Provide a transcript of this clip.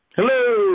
Hello